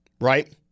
right